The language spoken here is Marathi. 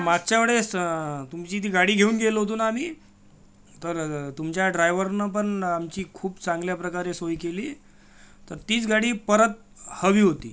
मागच्या वेळेस तुमची ती गाडी घेऊन गेलो होतो ना आम्ही तर तुमच्या ड्रायवरनं पण आमची खूप चांगल्या प्रकारे सोय केली तर तीच गाडी परत हवी होती